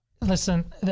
Listen